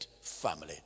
family